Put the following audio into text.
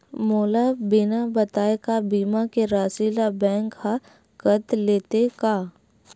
मोला बिना बताय का बीमा के राशि ला बैंक हा कत लेते का?